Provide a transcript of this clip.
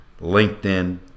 LinkedIn